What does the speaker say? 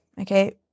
okay